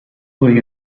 will